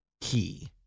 key